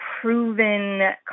proven